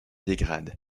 dégrade